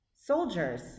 Soldiers